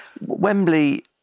Wembley